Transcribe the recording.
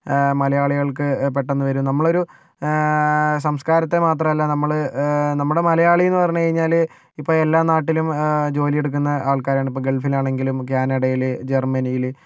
മലയാളികൾക്ക് പെട്ടെന്ന് വരും നമ്മളൊരു സംസ്കാരത്തെ മാത്രല്ല നമ്മള് നമ്മുടെ മലയാളി എന്ന് പറഞ്ഞ് കഴിഞ്ഞാല് ഇപ്പോൾ എല്ലാ നാട്ടിലും ജോലിയെടുക്കുന്ന ആൾക്കാരാണ് ഇപ്പോൾ ഗൾഫിലാണെങ്കിലും കാനഡയില് ജർമനിയില്